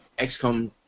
XCOM